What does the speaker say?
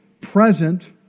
present